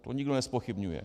To nikdo nezpochybňuje.